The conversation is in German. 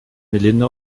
melinda